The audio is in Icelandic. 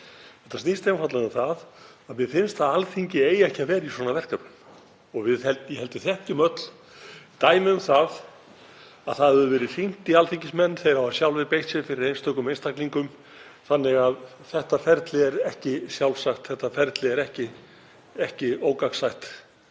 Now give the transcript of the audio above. Þetta snýst einfaldlega um það að mér finnst að Alþingi eigi ekki að vera í svona verkefnum. Ég held að við þekkjum öll dæmi um að það hefur verið hringt í alþingismenn og þeir hafa sjálfir beitt sér fyrir einstökum einstaklingum. Þetta ferli er ekki sjálfsagt. Þetta ferli er ekki gagnsætt.